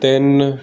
ਤਿੰਨ